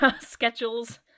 schedules